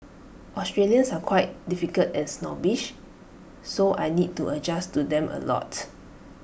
Australians are quite difficult and snobbish so I need to adjust to them A lot